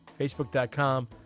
Facebook.com